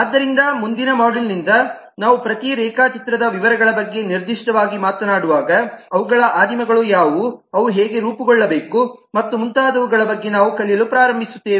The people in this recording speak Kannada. ಆದ್ದರಿಂದ ಮುಂದಿನ ಮಾಡ್ಯೂಲ್ನಿಂದ ನಾವು ಪ್ರತಿ ರೇಖಾಚಿತ್ರದ ವಿವರಗಳ ಬಗ್ಗೆ ನಿರ್ದಿಷ್ಟವಾಗಿ ಮಾತನಾಡುವಾಗ ಅವುಗಳ ಆದಿಮಗಳು ಯಾವುವು ಅವು ಹೇಗೆ ರೂಪುಗೊಳ್ಳಬೇಕು ಮತ್ತು ಮುಂತಾದವುಗಳ ಬಗ್ಗೆ ನಾವು ಕಲಿಯಲು ಪ್ರಾರಂಭಿಸುತ್ತೇವೆ